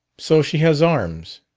so she has arms,